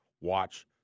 watch